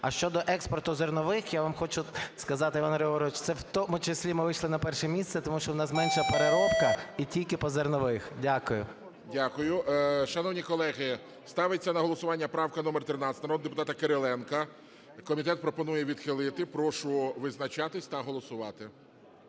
А щодо експорту зернових, я вам хочу сказати, Іван Григорович, це в тому числі ми вийшли на перше місце, тому що у нас менша переробка і тільки по зернових. Дякую. ГОЛОВУЮЧИЙ. Дякую. Шановні колеги, ставиться на голосування правка номер 13 народного депутата Кириленка, комітет пропонує відхилити. Прошу визначатись та голосувати.